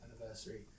anniversary